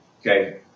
Okay